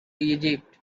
egypt